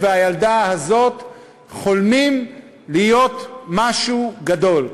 הילד והילדה האלה חולמים להיות משהו גדול.